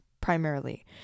primarily